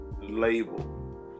label